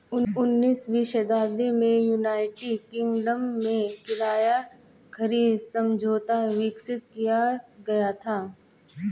उन्नीसवीं शताब्दी में यूनाइटेड किंगडम में किराया खरीद समझौता विकसित किया गया था